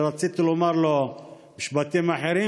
ורציתי לומר לו משפטים אחרים,